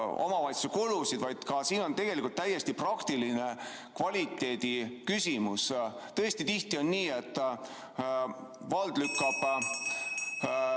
omavalitsuse kulusid, vaid siin on tegelikult täiesti praktiline kvaliteedi küsimus. Tõesti, tihti on nii, et vald lükkab